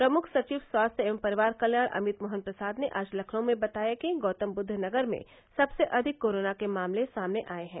प्रमुख सचिव स्वास्थ्य एवं परिवार कल्याण अमित मोहन प्रसाद ने आज लखनऊ में बताया कि गौतमबद्ध नगर में सबसे अधिक कोरोना के मामले सामने आए हैं